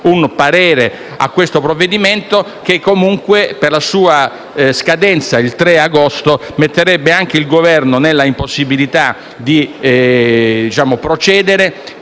un parere per questo provvedimento che, comunque, per la sua scadenza il 3 agosto, metterebbe il Governo nella impossibilità di procedere